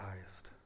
highest